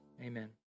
Amen